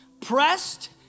pressed